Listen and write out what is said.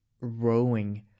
rowing